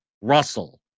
Russell